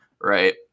right